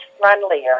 friendlier